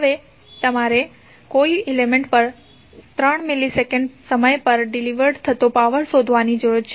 હવે તમારે કોઈ એલિમેન્ટ પર 3 મિલિસેકન્ડ સમય પર ડિલિવર્ડ થતો પાવર શોધવાની જરૂર છે